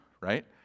right